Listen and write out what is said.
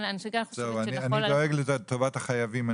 אני דואג לטובת החייבים.